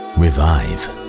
revive